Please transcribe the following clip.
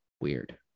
weird